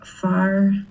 Far